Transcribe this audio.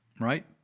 right